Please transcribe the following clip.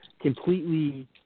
completely